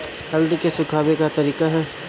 हल्दी के सुखावे के का तरीका ह?